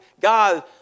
God